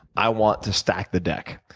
i want to stack the deck.